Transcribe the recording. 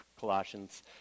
Colossians